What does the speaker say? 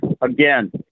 again